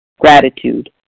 gratitude